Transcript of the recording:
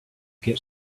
get